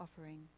offering